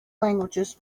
languages